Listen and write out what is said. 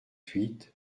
huit